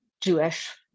Jewish